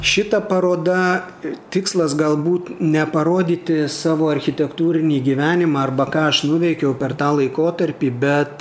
šita paroda tikslas galbūt ne parodyti savo architektūrinį gyvenimą arba ką aš nuveikiau per tą laikotarpį bet